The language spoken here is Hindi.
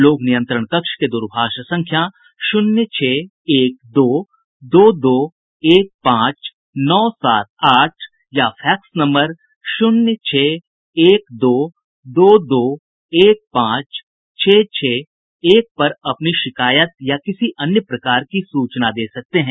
लोग नियंत्रण कक्ष के दूरभाष संख्या शुन्य छह एक दो दो दो एक पांच नौ सात आठ या फैक्स नम्बर शुन्य छह एक दो दो दो एक पांच छह एक एक पर अपनी शिकायत या किसी अन्य प्रकार की सूचना दे सकते हैं